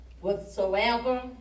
whatsoever